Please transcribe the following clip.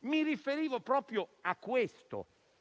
mi riferivo proprio a questo.